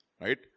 Right